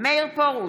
מאיר פרוש,